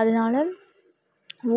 அதனால்